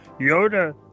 Yoda